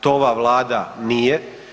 To ova vlada nije.